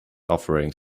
offering